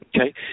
Okay